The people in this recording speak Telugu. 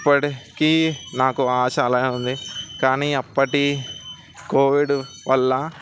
ఇప్పటికీ నాకు ఆశ అలానే ఉంది కానీ అప్పటి కోవిడ్ వల్ల